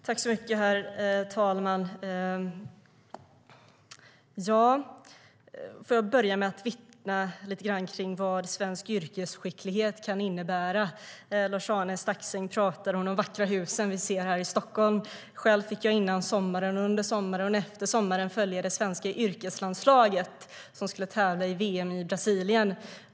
Herr talman! Låt mig börja med att vittna något om vad svensk yrkesskicklighet kan innebära. Lars-Arne Staxäng talar om de vackra hus vi ser här i Stockholm. Själv fick jag före, under och efter sommaren följa det svenska yrkeslandslaget, som skulle tävla i VM i Brasilien.